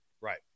Right